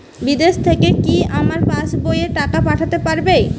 বিদেশ থেকে কি আমার পাশবইয়ে টাকা পাঠাতে পারবে?